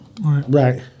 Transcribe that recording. right